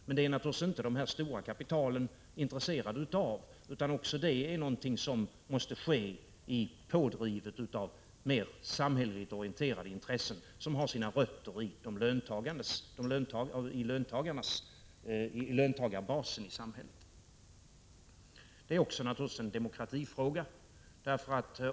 Men det är naturligtvis inte de stora kapitalen intresserade av, utan även det är något som måste ske pådrivet av mer samhälleligt orienterade intressen som har sina rötter i löntagarbasen i samhället. Detta är naturligtvis också en demokratisk fråga.